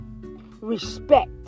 respect